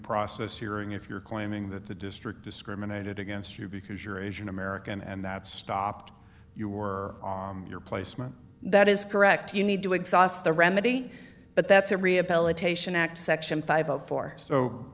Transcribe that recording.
process hearing if you're claiming that the district discriminated against you because you're asian american and that stopped you or your placement that is correct you need to exhaust the remedy but that's a rehabilitation act section five